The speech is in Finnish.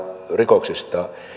rikoksista